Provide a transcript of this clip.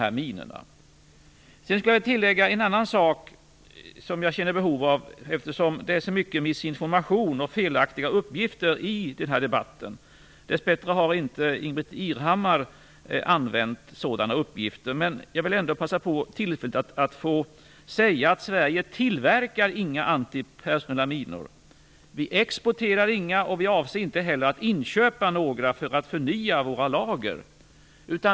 Jag känner behov av att tillägga en sak, eftersom det är så mycket missinformation och felaktiga uppgifter i debatten. Dess bättre har inte Ingbritt Irhammar använt sådana, men jag vill passa på tillfället att säga att Sverige inte tillverkar några antipersonella minor, att vi inte exporterar några och att vi inte heller avser att inköpa några för att förnya våra lager.